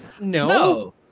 No